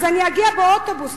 אז אני אגיע באוטובוס?